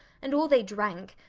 and all they drank,